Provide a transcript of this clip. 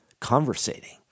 conversating